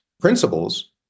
principles